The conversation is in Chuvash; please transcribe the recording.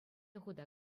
хута